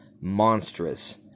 Monstrous